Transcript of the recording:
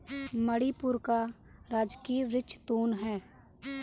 मणिपुर का राजकीय वृक्ष तून है